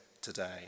today